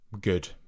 Good